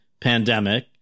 pandemic